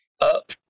Up